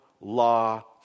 law